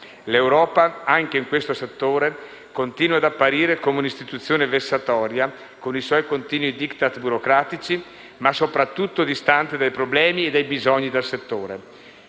L'Europa, anche in questo settore, continua ad apparire come un'istituzione vessatoria, con i suoi continui *Diktat* burocratici, ma, soprattutto, distante dai problemi e dai bisogni del settore.